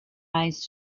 eyes